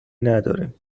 نداریم